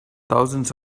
thousands